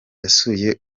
yasuye